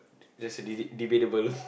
that's a dele~ debatable